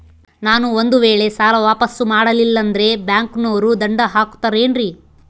ನಾನು ಒಂದು ವೇಳೆ ಸಾಲ ವಾಪಾಸ್ಸು ಮಾಡಲಿಲ್ಲಂದ್ರೆ ಬ್ಯಾಂಕನೋರು ದಂಡ ಹಾಕತ್ತಾರೇನ್ರಿ?